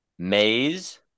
Maze